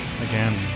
Again